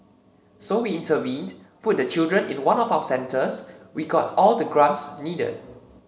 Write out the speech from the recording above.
so we intervened put the children in one of our centers we got all the grants needed